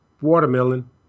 watermelon